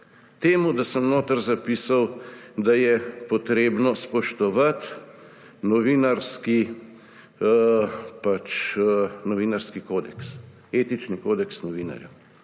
temu, da sem v njem zapisal, da je treba spoštovati novinarski kodeks, etični kodeks novinarjev.